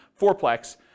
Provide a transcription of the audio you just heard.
fourplex